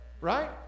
Right